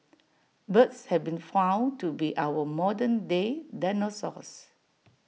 birds have been found to be our modern day dinosaurs